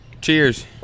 Cheers